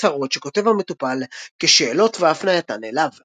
הצהרות שכותב המטופל כשאלות והפנייתן אליו.